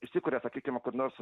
įsikuria sakykim kur nors